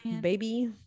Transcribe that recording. baby